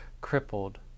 crippled